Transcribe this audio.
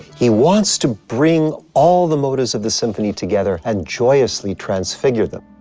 he wants to bring all the motives of the symphony together and joyously transfigure them.